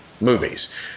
movies